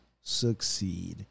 succeed